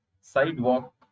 sidewalk